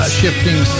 shifting